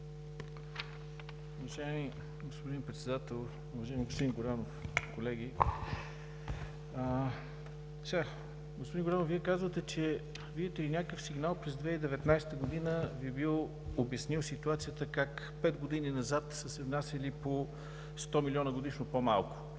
господин Председател, уважаеми господин Горанов, колеги! Господин Горанов, Вие казвате, че, видите ли, някакъв сигнал през 2019 г. Ви бил обяснил ситуацията как пет години назад са се внасяли по 100 милиона годишно по-малко,